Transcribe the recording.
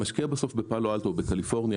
המשקיע בסוף בפאלו אלטו או בקליפורניה